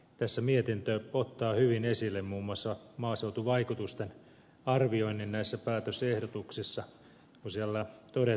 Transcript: tässä mietintö ottaa hyvin esille muun muassa maaseutuvaikutusten arvioinnin näissä päätösehdotuksissa kun siellä todetaan